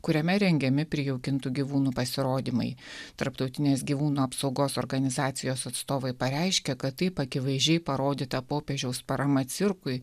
kuriame rengiami prijaukintų gyvūnų pasirodymai tarptautinės gyvūnų apsaugos organizacijos atstovai pareiškė kad taip akivaizdžiai parodyta popiežiaus parama cirkui